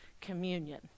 communion